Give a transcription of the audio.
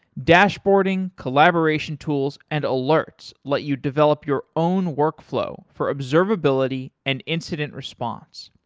dashboarding, collaboration tools, and alerts let you develop your own workflow for observability and incident response.